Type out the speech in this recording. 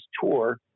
tour